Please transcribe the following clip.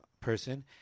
person